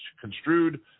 construed